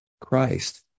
Christ